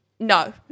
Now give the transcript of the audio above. No